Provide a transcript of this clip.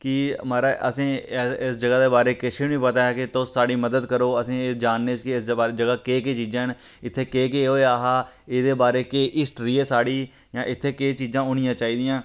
कि महाराज असें इस जगह् दे बारे च किश नी पता ऐ कि तुस साढ़ी मदद करो असेंगी जानने च कि किस दे बारे च कि केह् केह् चीज़ां न इत्थें केह् केह् होएआ हा एह्दे बारे च कि केह् हिस्टरी ऐ साढ़ी जां इत्थें केह् चीज़ां होनियां चाहिदियां